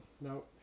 No